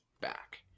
back